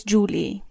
Julie